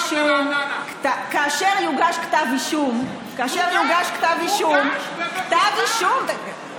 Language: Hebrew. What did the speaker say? כאשר יוגש כתב אישום, הוגש בבית משפט.